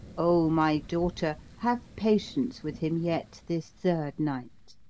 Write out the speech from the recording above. o my daughter, have patience with him yet this third night,